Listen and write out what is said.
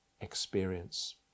experience